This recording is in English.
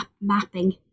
mapping